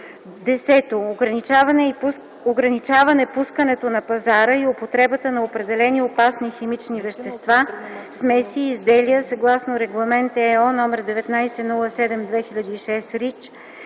10. ограничаване пускането на пазара и употребата на определени опасни химични вещества, смеси и изделия съгласно Регламент (ЕО) № 1907/2006